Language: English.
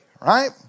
right